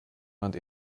meint